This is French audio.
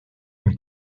une